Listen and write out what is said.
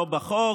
לא בחוק